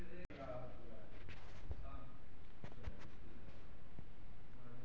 कोकोचे प्रामुख्यान तीन प्रकार आसत, फॉरस्टर, ट्रिनिटारियो, क्रिओलो